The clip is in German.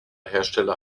hersteller